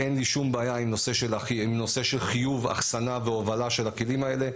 אין לי שום בעיה עם נושא של חיוב אחסנה והובלה של הכלים האלה,